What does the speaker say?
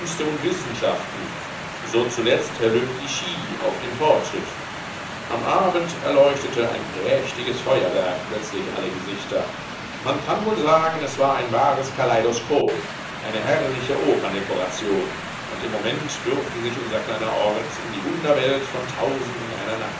und wissenschaften so zuletzt herr leplichey auf den fortschritt am abend erleuchtete ein prächtiges feuerwerk plötzlich alle gesichter man kann wohl sagen es war ein wahres kaleidoskop eine herrliche operndekoration und im moment durfte sich unser kleiner ort in die wunderwelt von tausendundeiner